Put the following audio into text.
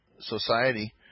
society